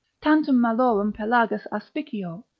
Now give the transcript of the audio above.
tantum malorum pelagus aspicio,